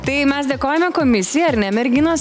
tai mes dėkojame komisijai ar ne merginos